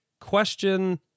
question